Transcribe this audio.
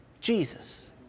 Jesus